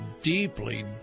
deeply